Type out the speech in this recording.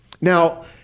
Now